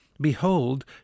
Behold